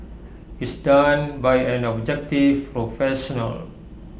is done by an objective professional